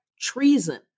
Treason